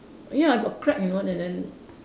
ya I got crack you know and then